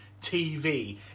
TV